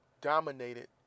dominated